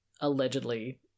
allegedly